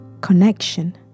connection